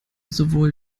sowohl